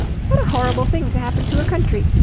what a horrible thing to happen to a country!